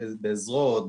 בעזרות,